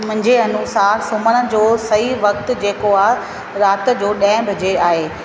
मुंहिंजे अनुसारु सुम्हण जो सही वक़्तु जेको आहे राति जो ॾह बजे आहे